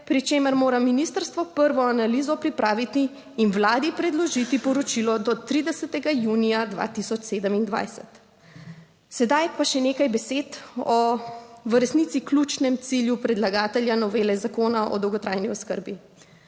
pri čemer mora ministrstvo prvo analizo pripraviti in Vladi predložiti poročilo do 30. junija 2027. Sedaj pa še nekaj besed o v resnici ključnem cilju predlagatelja novele Zakona o dolgotrajni oskrbi,